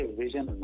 vision